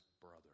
brother